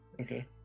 Okay